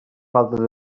falta